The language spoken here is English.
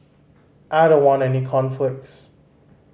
I don't want any conflicts